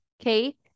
okay